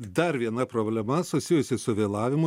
dar viena problema susijusi su vėlavimu